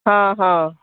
ହଁ ହଁ